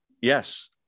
Yes